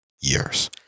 years